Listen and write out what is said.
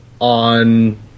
on